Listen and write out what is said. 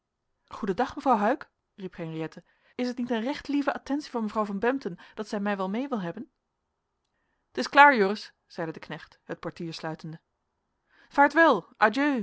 goeden dag mevrouw huyck riep henriëtte is het niet een recht lieve attentie van mevrouw van bempden dat zij mij wel mee wil hebben t is klaar joris zeide de knecht het portier sluitende vaartwel